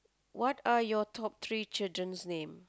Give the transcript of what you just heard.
what are your top three children name